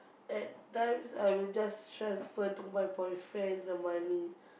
at times I would just transfer to my boyfriend the money